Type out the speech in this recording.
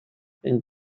and